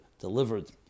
delivered